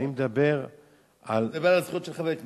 אני מדבר על, אתה מדבר על זכויות של חברי כנסת.